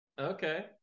Okay